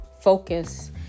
Focus